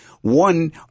One